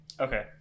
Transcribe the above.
Okay